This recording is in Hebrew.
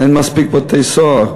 אין מספיק בתי-סוהר.